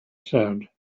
said